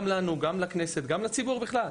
גם לנו, גם לכנסת, וגם לציבור בכלל.